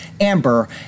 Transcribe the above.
amber